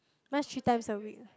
mine is three times a week